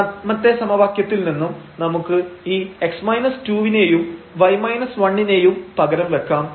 മൂന്നാമത്തെ സമവാക്യത്തിൽ നിന്നും നമുക്ക് ഈ വിനെയും നെയും പകരം വെക്കാം